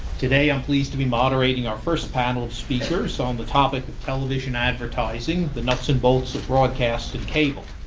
today i'm pleased to be moderating our first panel of speakers on the topic of television advertising the nuts and bolts of broadcast and cable.